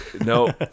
no